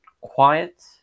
quiet